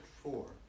four